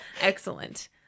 Excellent